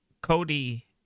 Cody